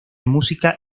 música